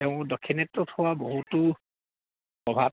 তেওঁ হোৱা বহুতো প্ৰভাৱ